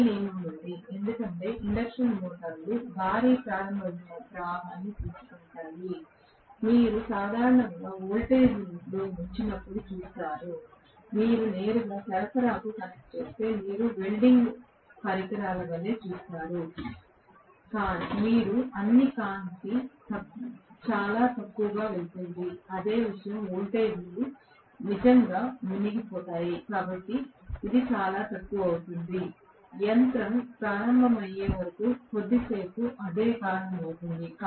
ఈ నియమం ఉంది ఎందుకంటే ఇండక్షన్ మోటార్లు భారీ ప్రారంభ ప్రవాహాన్ని తీసుకుంటాయి మీరు సాధారణంగా వోల్టేజ్లో ముంచినప్పుడు చూస్తారు మీరు నేరుగా సరఫరాకు కనెక్ట్ చేస్తే మీరు వెల్డింగ్ పరికరాల వలె చూస్తారు మీరు అన్ని కాంతి చాలా తక్కువగా వెళుతుంది అదే విషయం వోల్టేజీలు నిజంగా మునిగిపోతాయి కాబట్టి ఇది చాలా తక్కువ అవుతుంది యంత్రం ప్రారంభమయ్యే వరకు కొద్దిసేపు అది కారణం అవుతుంది